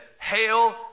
Hail